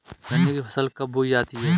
गन्ने की फसल कब बोई जाती है?